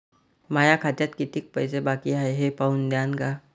माया खात्यात कितीक पैसे बाकी हाय हे पाहून द्यान का?